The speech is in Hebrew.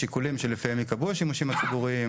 השיקולים שלפיהם ייקבעו השימושים הציבוריים.